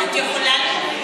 לא, ממש לא.